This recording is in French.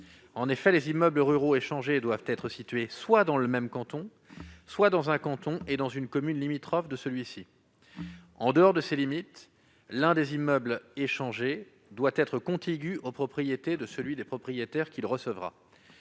En effet, les immeubles ruraux échangés doivent être situés soit dans le même canton, soit dans un canton ou une commune limitrophe. En dehors de ces limites, l'un des immeubles échangés doit être contigu aux propriétés de celui des propriétaires qui le recevra.